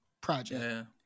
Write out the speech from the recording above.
project